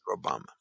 Obama